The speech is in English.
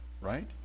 Right